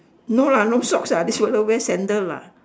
no lah no socks ah this fella wear sandal lah